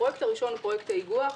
הפרויקט הראשון הוא פרויקט האיגוח.